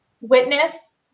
witness